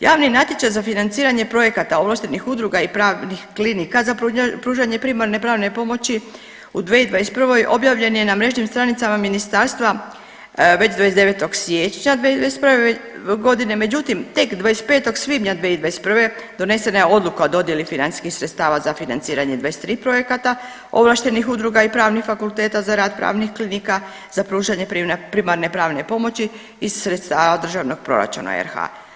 Javni natječaj za financiranje projekata ovlaštenih udruga i pravnih klinika za pružanje primarne pravne pomoći u 2021. objavljen je na mrežnim stranicama ministarstva već 29. siječnja 2021. godine, međutim tek 25. svibnja 2021. donesena je odluka o dodijeli financijskih sredstava za financiranje 23 projekata ovlaštenih udruga i pravnih fakulteta za pravnih klinika za pružanje primarne pravne pomoći iz sredstava Državnog proračuna RH.